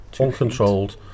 uncontrolled